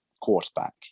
quarterback